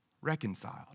reconciled